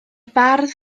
bardd